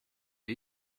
are